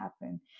happen